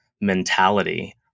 mentality